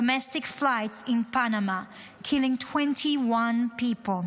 in Panama, killing 21 people,